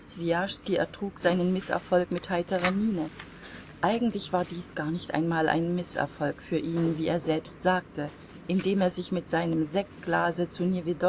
swijaschski ertrug seinen mißerfolg mit heiterer miene eigentlich war dies gar nicht einmal ein mißerfolg für ihn wie er selbst sagte indem er sich mit seinem sektglase zu